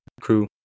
crew